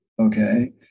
Okay